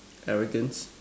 arrogance